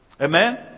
Amen